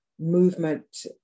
movement